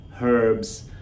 herbs